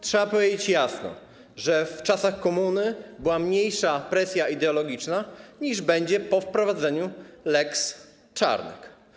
Trzeba powiedzieć jasno, że w czasach komuny była mniejsza presja ideologiczna, niż będzie po wprowadzeniu lex Czarnek.